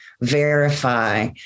verify